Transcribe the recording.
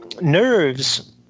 nerves